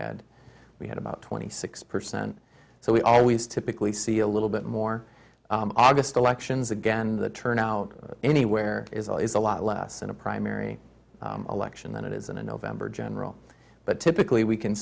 had we had about twenty six percent so we always typically see a little bit more august elections again the turnout anywhere is zero is a lot less in a primary election than it isn't in november general but typically we can